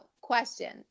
question